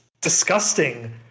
disgusting